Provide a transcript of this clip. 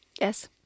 Yes